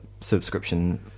subscription